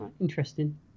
interesting